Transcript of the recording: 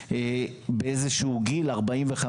באיזשהו גיל 45,